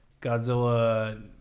Godzilla